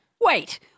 Wait